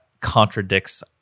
contradicts